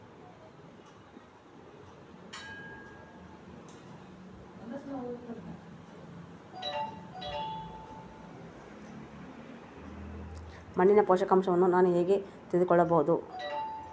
ಮಣ್ಣಿನ ಪೋಷಕಾಂಶವನ್ನು ನಾನು ಹೇಗೆ ತಿಳಿದುಕೊಳ್ಳಬಹುದು?